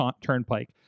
Turnpike